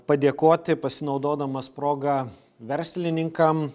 padėkoti pasinaudodamas proga verslininkam